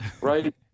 Right